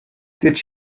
did